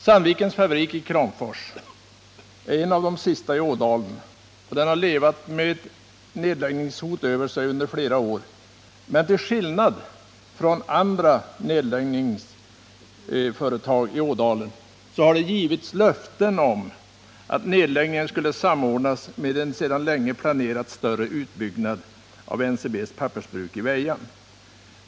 Sandvikens fabrik i Kramfors är en av de sista i Ådalen, och den har levat med nedläggningshot över sig under flera år, men till skillnad från vad som gäller för andra nedläggningsföretag i Ådalen har det här givits löften om att nedläggningen skulle samordnas med en sedan länge planerad större utbyggnad av NCB:s pappersbruk i Väja.